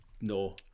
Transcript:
no